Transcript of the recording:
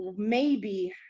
maybe,